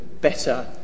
better